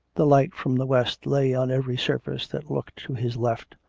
the light from the west lay on every surface that looked to his left,